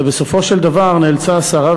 ובסופו של דבר נאלצה השרה,